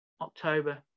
October